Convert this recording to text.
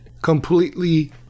completely